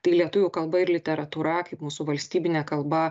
tai lietuvių kalba ir literatūra kaip mūsų valstybinė kalba